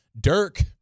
Dirk